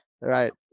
right